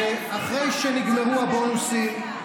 אחרי שנגמרו הבונוסים,